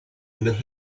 allowed